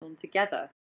together